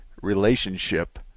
relationship